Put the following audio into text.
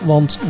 Want